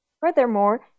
Furthermore